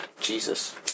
Jesus